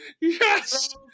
Yes